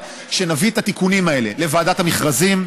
שנביא את התיקונים האלה לוועדת המכרזים,